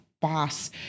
boss